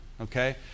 okay